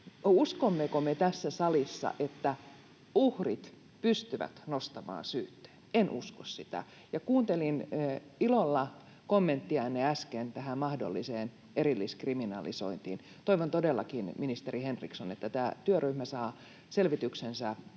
uskommeko me tässä salissa, että uhrit pystyvät nostamaan syytteen? En usko sitä. Ja kuuntelin ilolla kommenttianne äsken tähän mahdolliseen erilliskriminalisointiin. Toivon todellakin, ministeri Henriksson, että tämä työryhmä saa selvityksensä pikaisesti